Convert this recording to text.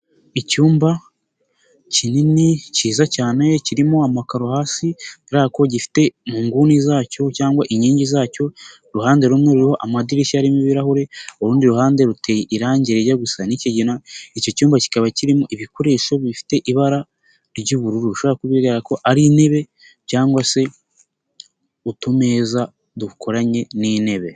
Icyumba kinini cyiza cyane kirimo amakaro hasi kubera ko gifite mu nguni zacyo cyangwa inkingi zacyo uruhande rumwe ruriho amadirishya arimo ibirahure urundi ruhande ruteye irangi rijya gusa n'ikigina icyo cyumba kikaba kirimo ibikoresho bifite ibara ry'ubururu ushaka ko biba ari intebe cyangwa se utumeza dukoranye n'intebe.